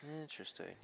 interesting